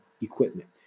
Equipment